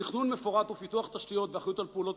תכנון מפורט ופיתוח תשתיות ואחריות על פעולות